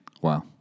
Wow